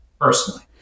personally